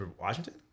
Washington